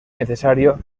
necesario